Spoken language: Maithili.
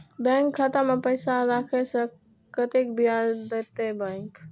बैंक खाता में पैसा राखे से कतेक ब्याज देते बैंक?